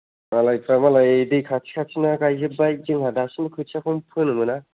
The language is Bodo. मालायफ्रा मालाय दै खाथि खाथिना गायजोब्बाय जोंहा दासिमबो खोथियाखौनो फोनो मोना